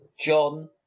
John